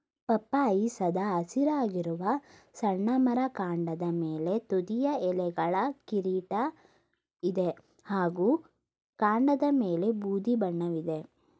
ಪಪ್ಪಾಯಿ ಸದಾ ಹಸಿರಾಗಿರುವ ಸಣ್ಣ ಮರ ಕಾಂಡದ ಮೇಲೆ ತುದಿಯ ಎಲೆಗಳ ಕಿರೀಟ ಇದೆ ಹಾಗೂ ಕಾಂಡದಮೇಲೆ ಬೂದಿ ಬಣ್ಣವಿದೆ